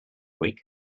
week